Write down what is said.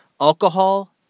Alcohol